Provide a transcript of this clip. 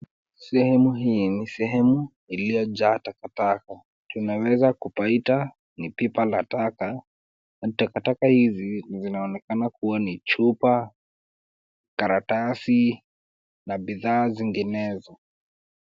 Sehemu hii ni sehemu iliyojaa takataka. Tunaweza kupaita ni pipa la taka. Takataka hizi zinaonekana kuwa ni chupa, karatasi na bidhaa zinginezo.